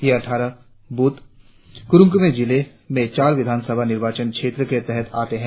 ये अटठारह ब्रथ कुरुंग कुमे जिले में चार विधानसभा निर्वाचन क्षेत्रों के तहत आते हैं